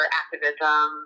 activism